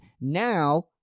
Now